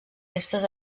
restes